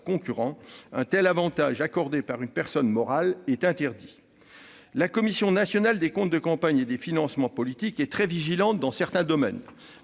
concurrents. Or un tel avantage accordé par une personne morale est interdit. La Commission nationale des comptes de campagne et des financements politiques, la CNCCFP, est très vigilante dans certains domaines.